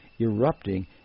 erupting